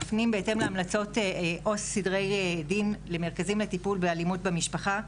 מפנים בהתאם להמלצות או סדרי דין למרכזים לטיפול באלימות במשפחה,